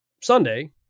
Sunday